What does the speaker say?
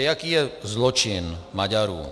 Jaký je zločin Maďarů?